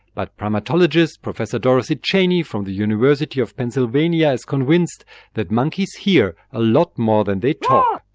but primatologist professor dorothy cheney from the university of pennsylvania is convinced that monkeys hear a lot more than they talk.